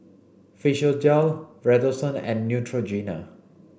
Physiogel Redoxon and Neutrogena